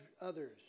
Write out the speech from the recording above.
others